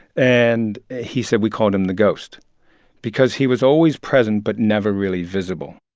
and he said we called him the ghost because he was always present but never really visible